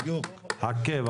חכה.